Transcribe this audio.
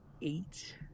eight